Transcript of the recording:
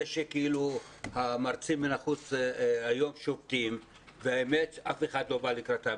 זה שהמרצים מן החוץ היום שובתים והאמת אף אחד לא בא לקראתם,